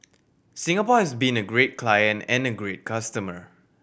Singapore has been a great client and a great customer